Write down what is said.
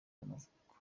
y’amavuko